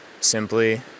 simply